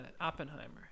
Oppenheimer